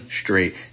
straight